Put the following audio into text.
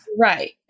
Right